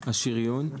השריון?